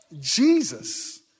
Jesus